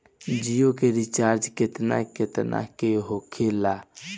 जियो के रिचार्ज केतना केतना के होखे ला?